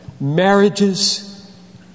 marriages